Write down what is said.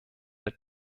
der